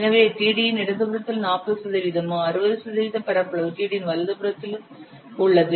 எனவே TD யின் இடதுபுறத்தில் 40 சதவிகிதமும் 60 சதவிகித பரப்பளவு TD யின் வலதுபுறத்திலும் உள்ளது